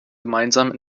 gemeinsam